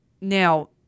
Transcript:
now